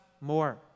more